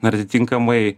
na ir atitinkamai